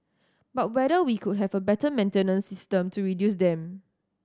but whether we could have a better maintenance system to reduce them